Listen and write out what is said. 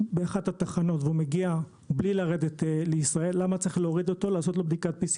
באחת התחנות צריך לעשות בדיקת PCR?